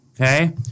Okay